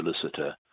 solicitor